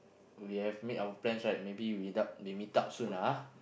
we have made our plans right maybe we maybe we meet up soon ah